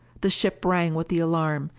the ship rang with the alarm.